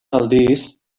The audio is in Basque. aldiz